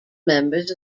members